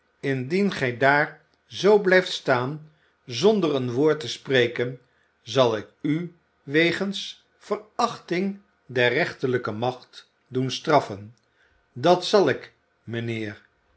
indien gij daar zo blijft staan zonder een woord te spreken zal ik u wegens verachting der rechterlijke macht doen straffen dat zal ik mijnheer